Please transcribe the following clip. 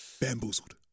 bamboozled